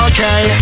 Okay